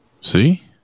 See